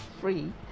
free